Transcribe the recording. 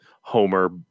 Homer